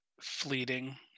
fleeting